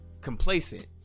complacent